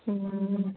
অঁ